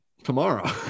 Tomorrow